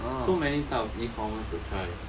so many type of e-commerce to try